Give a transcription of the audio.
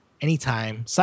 anytime